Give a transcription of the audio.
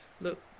look